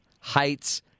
heights